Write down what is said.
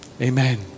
Amen